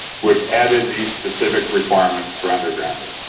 which added the specific requirements for undergrounding.